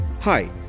Hi